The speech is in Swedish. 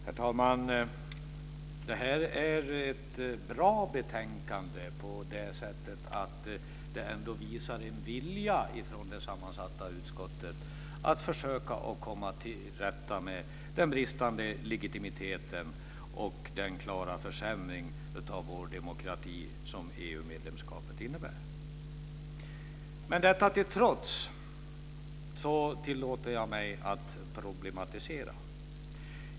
Herr talman! Detta är ett bra betänkande eftersom det ändå visar en vilja från det sammansatta utskottet att försöka att komma till rätta med den bristande legitimiteten och den klara försämring av vår demokrati som EU-medlemskapet innebär. Detta till trots tillåter jag mig att problematisera.